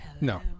No